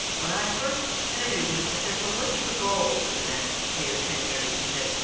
when i first interviewed him, i said, so what's your goal for the next eight or ten years? he said,